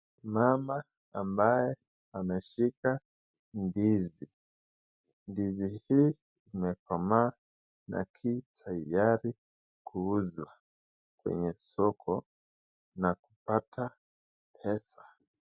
Mama ambaye ameshika ndizi, ndizi hii imekomaa lakini haijaari kuuzwa kwenye soko na kupata pesa.